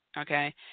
okay